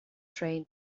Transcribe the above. train